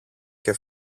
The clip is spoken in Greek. και